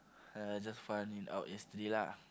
uh just find it out yesterday lah